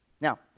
Now